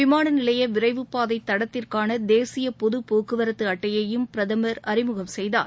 விமான நிலைய விரைவுப்பாதை தடத்திற்கான தேசிய பொதுப் போக்குவரத்து அட்டையையும் பிரதமர் அறிமுகம் செய்தார்